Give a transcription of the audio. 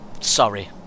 Sorry